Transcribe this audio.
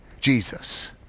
Jesus